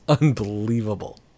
unbelievable